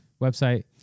website